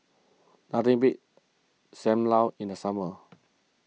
nothing beats Sam Lau in the summer